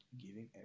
giving